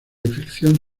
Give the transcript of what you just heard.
infección